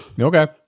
Okay